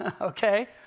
Okay